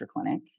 clinic